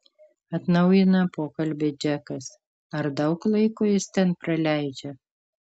atnaujina pokalbį džekas ar daug laiko jis ten praleidžia